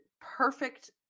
perfect –